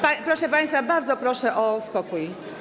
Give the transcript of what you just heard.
Proszę państwa, bardzo proszę o spokój.